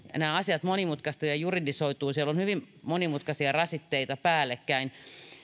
nämä asiat monimutkaistuvat ja juridisoituvat siellä on hyvin monimutkaisia rasitteita päällekkäin